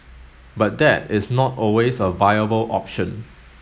but that is not always a viable option